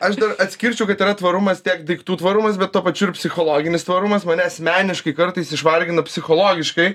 aš dar atskirčiau kad yra tvarumas tiek daiktų tvarumas bet tuo pačiu psichologinis tvarumas mane asmeniškai kartais išvargina psichologiškai